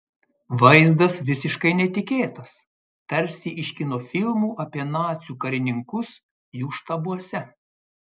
vaizdas visiškai netikėtas tarsi iš kino filmų apie nacių karininkus jų štabuose